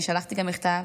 אני שלחתי להם מכתב,